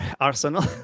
Arsenal